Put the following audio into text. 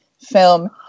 film